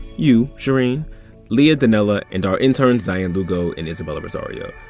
you shereen leah donnella and our interns dianne lugo and isabella rosario.